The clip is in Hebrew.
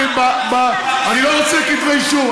אני לא רוצה כתבי-אישום,